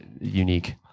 unique